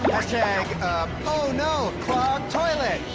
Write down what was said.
hashtag oh no! clogged toilet.